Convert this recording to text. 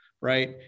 right